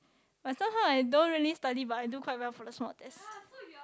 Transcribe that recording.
but somehow I don't really study but I do quite well for the small test